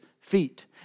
feet